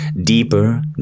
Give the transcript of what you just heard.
Deeper